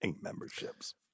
memberships